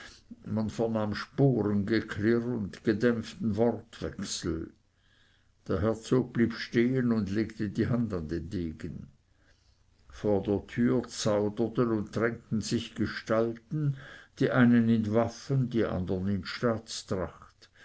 vernahm sporengeklirr und gedämpften wortwechsel der herzog blieb stehen und legte die hand an den degen vor der tür zauderten und drängten sich gestalten die einen in waffen die andern